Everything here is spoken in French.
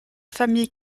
famille